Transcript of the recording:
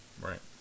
Right